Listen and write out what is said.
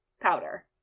powder